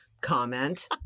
comment